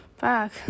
back